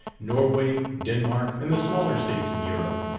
norway, denmark, and the smaller states of europe,